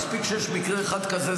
מספיק שיש מקרה אחד כזה,